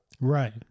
Right